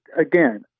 again